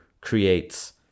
creates